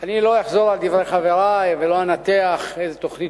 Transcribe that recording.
אני לא אחזור על דברי חברי ולא אנתח איזו